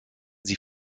sie